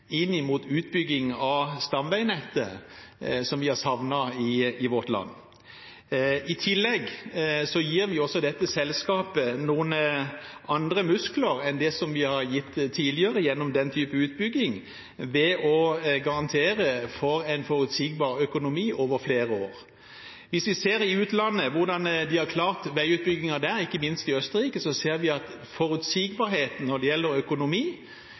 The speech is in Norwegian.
inn mot utbygging av stamveinettet som vi har savnet i vårt land. I tillegg gir vi dette selskapet noen andre muskler enn det vi har gitt tidligere gjennom den type utbygging, ved å garantere for en forutsigbar økonomi over flere år. Hvis vi ser hvordan de har klart veiutbyggingen i utlandet, ikke minst i Østerrike, ser vi at forutsigbarheten når det gjelder økonomi,